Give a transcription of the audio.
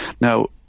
Now